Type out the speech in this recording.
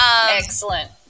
excellent